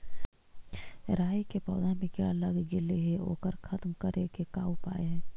राई के पौधा में किड़ा लग गेले हे ओकर खत्म करे के का उपाय है?